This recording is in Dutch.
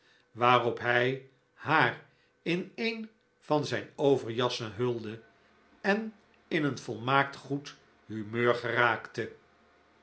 waarop hij haar in een van zijn overjassen hulde en in een volmaakt goed humeur geraakte